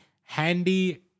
Handy